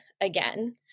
again